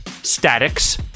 Statics